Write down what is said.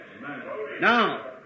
Now